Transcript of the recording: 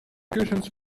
kussens